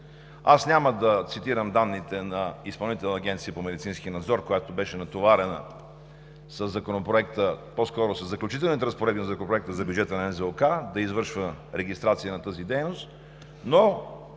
Аз няма да цитирам данните на Изпълнителната агенция по медицински надзор, която беше натоварена със Заключителните разпоредби в Законопроекта за бюджета на НЗОК да извършва регистрация на тази дейност,